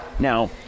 Now